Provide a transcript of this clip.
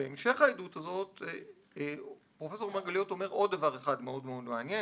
בהמשך העדות הזאת פרופ' מרגליות אומר עוד דבר אחד מאוד מאוד מעניין.